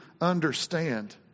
understand